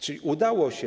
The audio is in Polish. Czyli udało się.